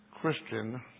Christian